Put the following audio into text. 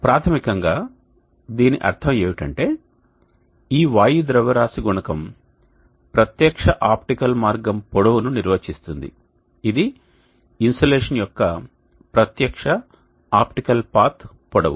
ప్రాథమికంగా దీని అర్థం ఏమిటంటే ఈ వాయు ద్రవ్యరాశి గుణకం ప్రత్యక్ష ఆప్టికల్ మార్గం పొడవును నిర్వచిస్తుంది ఇది ఇన్సోలేషన్ యొక్క ప్రత్యక్ష ఆప్టికల్ పాత్ పొడవు